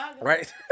Right